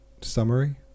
summary